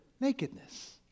nakedness